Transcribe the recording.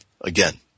again